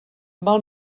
val